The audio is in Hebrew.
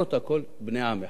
למרות הכול, בני עם אחד.